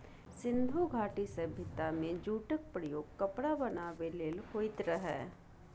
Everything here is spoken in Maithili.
सिंधु घाटी सभ्यता मे जुटक प्रयोग कपड़ा बनाबै लेल होइत रहय